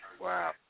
Wow